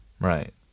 Right